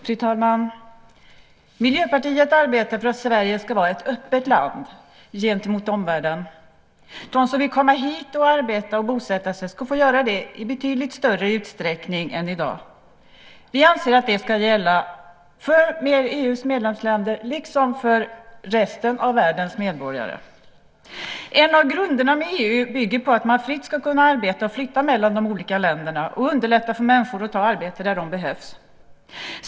Fru talman! Miljöpartiet arbetar för att Sverige ska vara ett öppet land gentemot omvärlden. De som vill komma hit och arbeta och bosätta sig ska kunna göra det i betydligt större utsträckning än i dag. Vi anser att det ska gälla för EU:s medlemsländer liksom för resten av världen. En av grunderna med EU är att man fritt ska kunna arbeta och flytta mellan de olika länderna och underlätta för människor att ta arbete där de behövs.